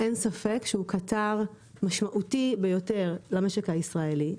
אין ספק שהוא קטר משמעותי ביותר למשק הישראלי,